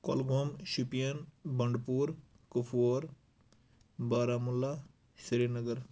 Kulgam Shopian Bandipora Kupwara Baramulla Srinagar